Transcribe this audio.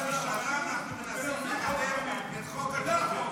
משנה שאנחנו מנסים לקדם את חוק הג'ובים.